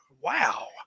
wow